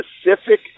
specific